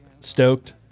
Stoked